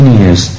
years